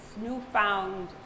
newfound